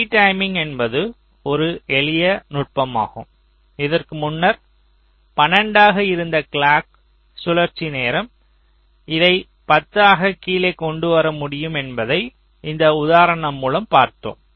retiming என்பது ஒரு எளிய நுட்பமாகும் இதற்கு முன்னர் 12 ஆக இருந்த கிளாக் சுழற்சி நேரம் இதை 10 ஆக கீழே கொண்டு வர முடியும் என்பதை இந்த உதாரணம் மூலம் பார்த்தோம்